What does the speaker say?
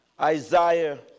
Isaiah